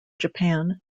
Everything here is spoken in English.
japan